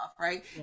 right